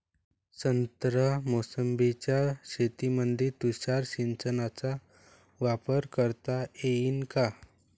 संत्रा मोसंबीच्या शेतामंदी तुषार सिंचनचा वापर करता येईन का?